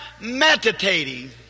meditating